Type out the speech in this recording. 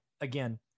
Again